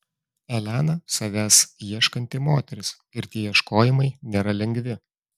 elena savęs ieškanti moteris ir tie ieškojimai nėra lengvi